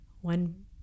one